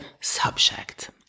subject